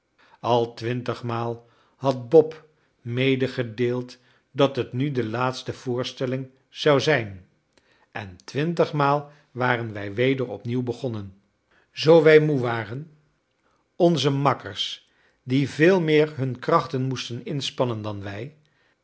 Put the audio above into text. al twintigmaal had bob medegedeeld dat het nu de laatste voorstelling zou zijn en twintigmaal waren wij weder opnieuw begonnen zoo wij moe waren onze makkers die veel meer hunne krachten moesten inspannen dan wij